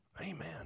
Amen